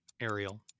Ariel